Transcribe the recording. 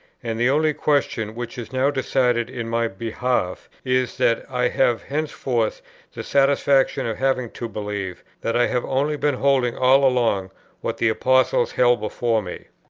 and the only question which is now decided in my behalf, is, that i have henceforth the satisfaction of having to believe, that i have only been holding all along what the apostles held before me.